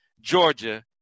Georgia